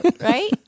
Right